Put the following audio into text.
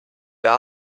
wer